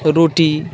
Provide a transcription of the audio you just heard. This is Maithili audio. रोटी